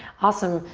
awesome,